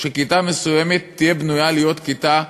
כיתה מסוימת תהיה בנויה להיות כיתה,